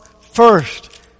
first